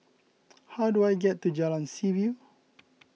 how do I get to Jalan Seaview